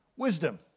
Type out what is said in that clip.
wisdom